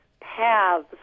paths